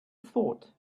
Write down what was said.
thought